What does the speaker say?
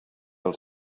als